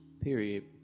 Period